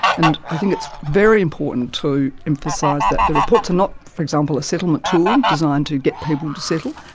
and i think it's very important to emphasise that the reports are not, for example, a settlement tool designed to get people to settle,